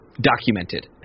documented